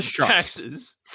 taxes